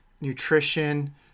nutrition